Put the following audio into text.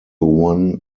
one